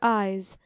eyes